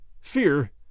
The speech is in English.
fear